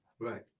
Right